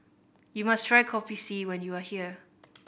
you must try Kopi C when you are here